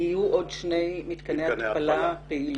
יהיו עוד שני מתקני התפלה פעילים.